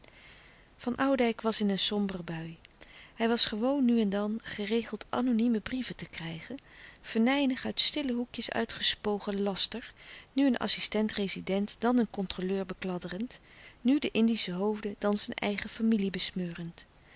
van oudijck was in een sombere bui hij was gewoon nu en dan geregeld anonieme brieven te krijgen venijnig uit stille hoekjes uitgespogen laster nu een assistent-rezident dan een controleur bekladderend nu de indische hoofden dan zijn eigen familie besmeurend